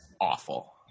awful